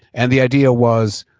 and the idea was,